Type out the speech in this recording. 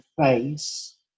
face